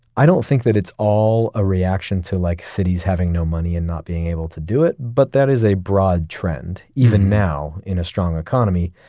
i don't think that it's all a reaction to like cities having no money and not being able to do it, but that is a broad trend even now, in a strong economy,